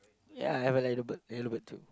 ya I have like the I have the bird too